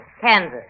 Kansas